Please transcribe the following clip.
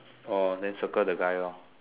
orh then circle the guy lor